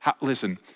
listen